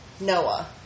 Noah